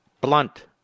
Blunt